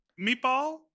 Meatball